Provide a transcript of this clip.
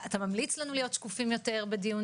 אתה ממליץ לנו להיות שקופים יותר בדיונים?